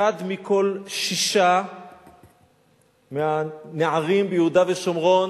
אחד מכל שישה מהנערים ביהודה ושומרון,